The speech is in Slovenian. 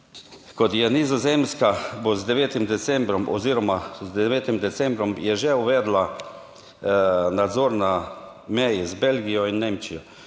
kot je Nizozemska, bo z 9. decembrom oziroma z 9. decembrom je že uvedla nadzor na meji z Belgijo in Nemčijo.